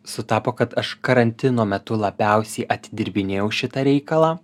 sutapo kad aš karantino metu labiausiai atidirbinėjau šitą reikalą